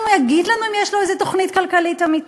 האם הוא יגיד לנו אם יש לנו איזו תוכנית כלכלית אמיתית?